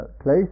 place